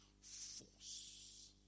force